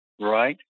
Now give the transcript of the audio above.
Right